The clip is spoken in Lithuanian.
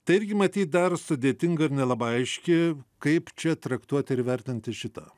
tai irgi matyt dar sudėtinga ir nelabai aiški kaip čia traktuot ir įvertinti šitą